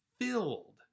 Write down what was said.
filled